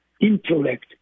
intellect